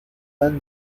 han